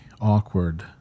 awkward